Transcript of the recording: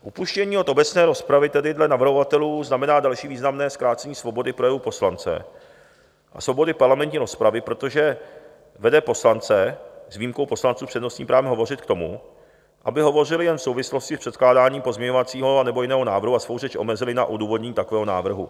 Upuštění od obecné rozpravy tedy dle navrhovatelů znamená další významné zkrácení svobody projevu poslance a svobody parlamentní rozpravy, protože vede poslance s výjimkou poslanců s přednostním právem hovořit k tomu, aby hovořili jen v souvislosti s předkládáním pozměňovacího anebo jiného návrhu a svou řeč omezili na odůvodnění takového návrhu.